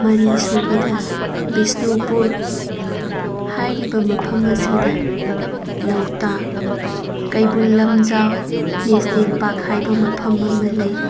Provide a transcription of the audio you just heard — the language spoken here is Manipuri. ꯃꯔꯤ ꯁꯨꯕꯗ ꯕꯤꯁꯅꯨꯄꯨꯔ ꯍꯥꯏꯔꯤꯕ ꯃꯐꯝ ꯑꯁꯤꯗ ꯂꯧꯇꯥꯛ ꯀꯩꯕꯨꯜ ꯂꯝꯖꯥꯎ ꯅꯦꯁꯅꯦꯜ ꯄꯥꯔꯛ ꯍꯥꯏꯕ ꯃꯐꯝ ꯑꯃ ꯂꯩ